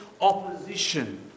opposition